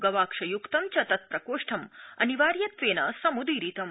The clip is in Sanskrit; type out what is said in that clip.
गवाक्षय्क्तं च तत्प्रकोष्ठ अनिवार्यम् समुदीरितम्